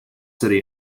city